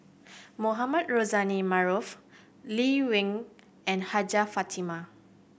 Mohamed Rozani Maarof Lee Wen and Hajjah Fatimah